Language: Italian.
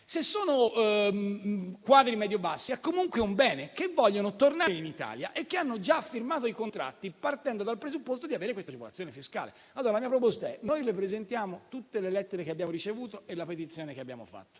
se sono quadri medio-bassi è comunque un bene -, che vogliono tornare in Italia e che hanno già firmato i contratti partendo dal presupposto di avere questa agevolazione fiscale. La mia proposta, allora, è la seguente: noi le presentiamo tutte le lettere che abbiamo ricevuto e la petizione che abbiamo fatto.